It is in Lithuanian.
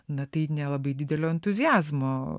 na tai nelabai didelio entuziazmo